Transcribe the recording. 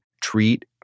treat